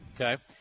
Okay